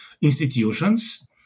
institutions